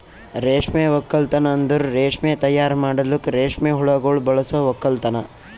ರೇಷ್ಮೆ ಒಕ್ಕಲ್ತನ್ ಅಂದುರ್ ರೇಷ್ಮೆ ತೈಯಾರ್ ಮಾಡಲುಕ್ ರೇಷ್ಮೆ ಹುಳಗೊಳ್ ಬಳಸ ಒಕ್ಕಲತನ